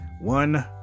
one